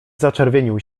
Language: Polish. zaczerwienił